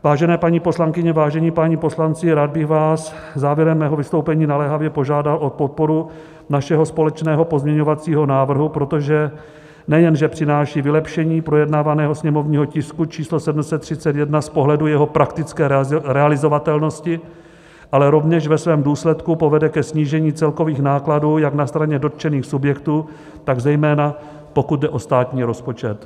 Vážené paní poslankyně, vážení páni poslanci, rád bych vás závěrem mého vystoupení naléhavě požádal o podporu našeho společného pozměňovacího návrhu, protože nejenže přináší vylepšení projednávaného sněmovního tisku číslo 731 z pohledu jeho praktické realizovatelnosti, ale rovněž ve svém důsledku povede ke snížení celkových nákladů jak na straně dotčených subjektů, tak zejména pokud jde o státní rozpočet.